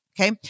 Okay